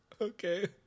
Okay